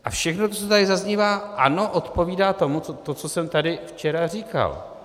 A všechno to, co tady zaznívá, ano, odpovídá tomu to, co jsem tady včera říkal.